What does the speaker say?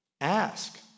ask